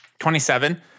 27